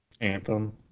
Anthem